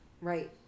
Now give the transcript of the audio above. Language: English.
right